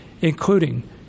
Including